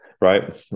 right